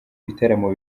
ibitaramo